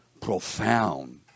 Profound